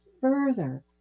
further